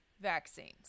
vaccines